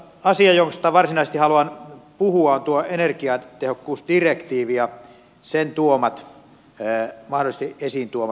asia josta varsinaisesti haluan puhua on tuo energiatehokkuusdirektiivi ja sen mahdollisesti esiin tuomat ongelmat